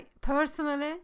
Personally